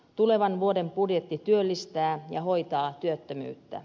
tulevan vuoden budjetti työllistää ja hoitaa työttömyyttä